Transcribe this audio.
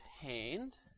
hand